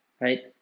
right